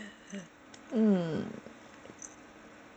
mm